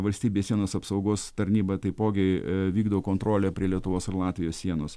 valstybės sienos apsaugos tarnyba taipogi vykdo kontrolę prie lietuvos ir latvijos sienos